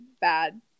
bad –